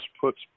puts